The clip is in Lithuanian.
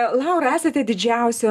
laura esate didžiausio